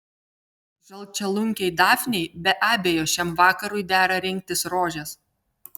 žalčialunkiai dafnei be abejo šiam vakarui dera rinktis rožes